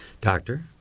Doctor